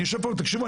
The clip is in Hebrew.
אני יושב פה ותקשיבו,